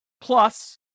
Plus